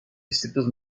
distritos